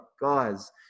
guys